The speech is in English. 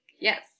Yes